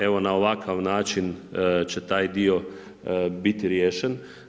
Evo, na ovakav način će taj dio biti riješen.